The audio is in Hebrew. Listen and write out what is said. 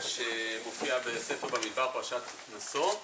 שמופיע בספר במדבר פרשת נשוא.